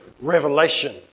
revelation